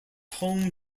home